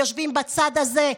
האנרכיסטים יושבים בצד הזה,